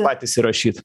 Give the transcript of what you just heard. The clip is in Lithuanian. patys įrašyt